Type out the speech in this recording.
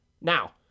Now